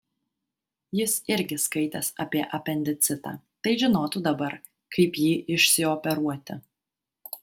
jis irgi skaitęs apie apendicitą tai žinotų dabar kaip jį išsioperuoti